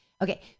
Okay